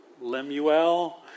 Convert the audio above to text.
Lemuel